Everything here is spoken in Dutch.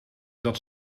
dat